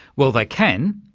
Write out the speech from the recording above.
well, they can,